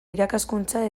irakaskuntza